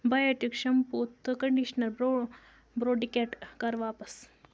biotic shampoo تہٕ conditioner بروڈِکیٹ کر واپس